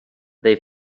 they